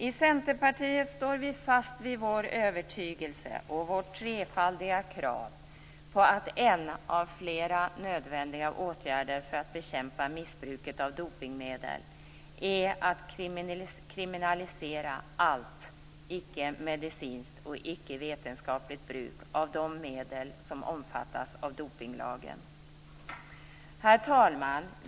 I Centerpartiet står vi fast vid vår övertygelse och vårt trefaldiga krav på att en av flera nödvändiga åtgärder för att bekämpa missbruket av dopningsmedel är att kriminalisera allt icke-medicinskt och ickevetenskapligt bruk av de medel som omfattas av dopningslagen. Herr talman!